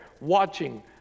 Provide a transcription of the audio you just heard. watching